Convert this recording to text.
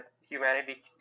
humanity